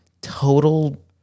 Total